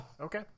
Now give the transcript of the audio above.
Okay